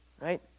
right